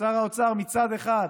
שר האוצר מצד אחד